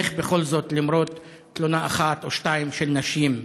איך בכל זאת, למרות תלונה אחת או שתיים של נשים,